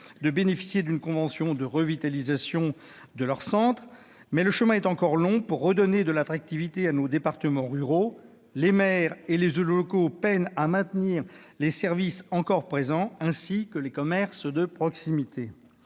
de bénéficier d'une convention de revitalisation de leur centre. Mais le chemin est encore long pour redonner de l'attractivité à nos départements ruraux. Les maires et, plus largement, les élus locaux peinent à maintenir la présence des services publics, ainsi que des commerces de proximité.